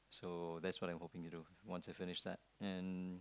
so that's what I'm hoping to do once I finished that and